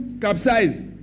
capsized